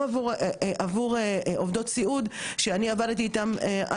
שאני עבדתי איתן עד לאחרונה באופן מאוד אינטנסיבי בעניין הזה,